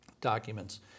documents